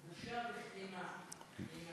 בושה וכלימה.